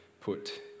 put